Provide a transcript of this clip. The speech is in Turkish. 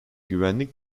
güvenlik